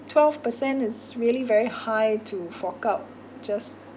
twelve percent is really very high to fork out just